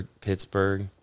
Pittsburgh